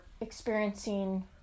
experiencing